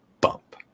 bump